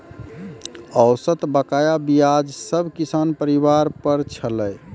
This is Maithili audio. औसत बकाया ब्याज सब किसान परिवार पर छलै